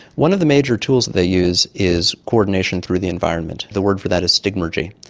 one of the major tools that they use is coordination through the environment. the word for that is stigmergy.